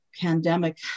pandemic